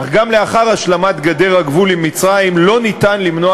אך גם לאחר השלמת גדר הגבול עם מצרים אי-אפשר למנוע